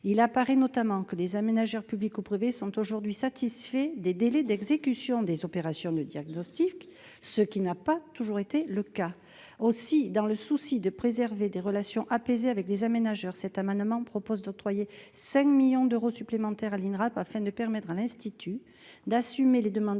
il apparaît notamment que les aménageurs, publics ou privés sont aujourd'hui satisfaits des délais d'exécution des opérations de diagnostic, ce qui n'a pas toujours été le cas aussi dans le souci de préserver des relations apaisées avec des aménageurs cet amendement propose d'octroyer 5 millions d'euros supplémentaires à l'Inrap afin de permettre à l'institut d'assumer les demandes